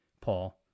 Paul